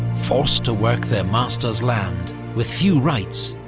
forced to work their masters' land, with few rights,